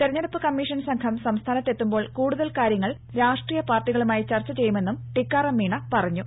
തിരഞ്ഞെടുപ്പ് കമ്മീഷൻ സംഘം സംസ്ഥാനത്തെത്തുമ്പോൾ കൂടുതൽ കാര്യങ്ങൾ രാഷ്ട്രീയ പാർട്ടികളുമായി ചർച്ച ചെയ്യുമെന്നും ടിക്കാറാം മീണ പറഞ്ഞു